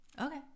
Okay